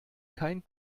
kein